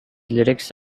lyrics